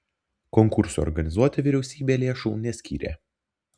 konkursui organizuoti vyriausybė lėšų neskyrė